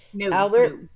Albert